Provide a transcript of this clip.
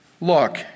look